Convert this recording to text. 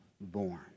born